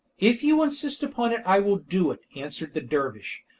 if you insist upon it i will do it, answered the dervish,